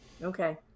okay